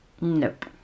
Nope